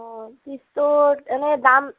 অঁ পিছটোত এনেই দাম